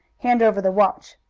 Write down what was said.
hand over the watch!